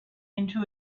into